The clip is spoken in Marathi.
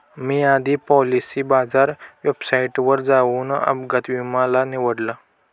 मी आधी पॉलिसी बाजार वेबसाईटवर जाऊन अपघात विमा ला निवडलं